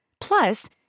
Plus